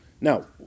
now